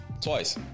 Twice